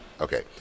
Okay